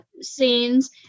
scenes